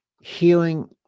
healing